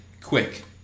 quick